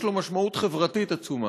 יש לו משמעות חברתית עצומה,